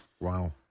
Wow